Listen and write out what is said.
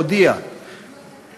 הודיעה